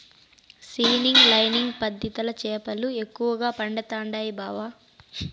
seining lining పద్ధతిల చేపలు ఎక్కువగా పడుతండాయి బావ